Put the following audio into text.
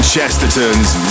Chesterton's